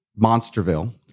Monsterville